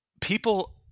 people